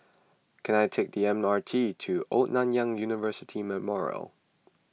can I take the M R T to Old Nanyang University Memorial